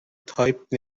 تایپ